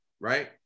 right